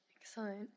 Excellent